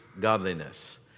godliness